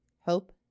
hope